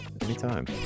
Anytime